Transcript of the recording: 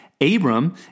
Abram